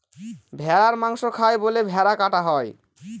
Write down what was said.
ভেড়ার মাংস খায় বলে ভেড়া কাটা হয়